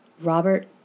Robert